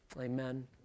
Amen